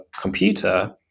computer